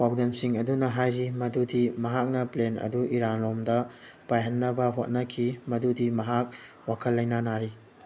ꯄꯥꯎꯗꯝꯁꯤꯡ ꯑꯗꯨꯅ ꯍꯥꯏꯔꯤ ꯃꯗꯨꯗꯤ ꯃꯍꯥꯛꯅ ꯄ꯭ꯂꯦꯟ ꯑꯗꯨ ꯏꯔꯥꯟ ꯂꯣꯝꯗ ꯄꯥꯏꯍꯟꯅꯕ ꯍꯣꯠꯅꯈꯤ ꯃꯗꯨꯗꯤ ꯃꯍꯥꯛ ꯋꯥꯈꯜ ꯂꯥꯏꯅꯥ ꯅꯥꯔꯤ